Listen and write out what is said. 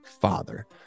Father